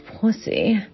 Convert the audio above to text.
pussy